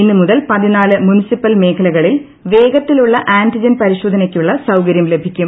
ഇന്ന് മുതൽ ്വർമുനിസിപ്പൽ മേഖലകളിൽ വേഗത്തിലുള്ള ആന്റിജൻ പരിശോദ്ധന്യ്ക്കുള്ള സൌകര്യം ലഭിക്കും